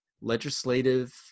legislative